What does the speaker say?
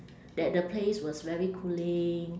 that the place was very cooling